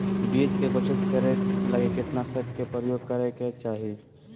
बीज के बचत करै लगी कीटनाशक के प्रयोग करै के चाही